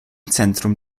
zentrum